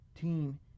team